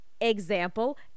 example